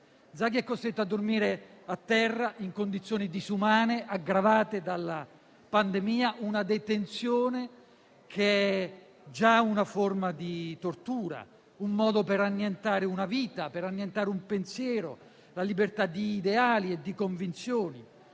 Zaki è costretto a dormire a terra, in condizioni disumane, aggravate dalla pandemia; una detenzione che è già una forma di tortura, un modo per annientare una vita, un pensiero, la libertà di ideali e di convinzioni.